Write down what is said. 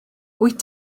wyt